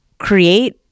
create